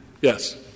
Yes